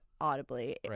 audibly